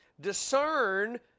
discern